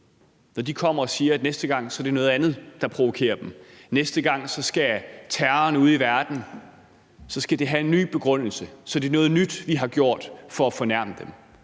gang kommer og siger, at det er noget andet, der provokerer dem? Næste gang skal terroren ude i verden have en ny begrundelse, og så er det noget nyt, vi har gjort for at fornærme dem.